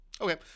Okay